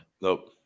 Nope